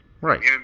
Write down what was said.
Right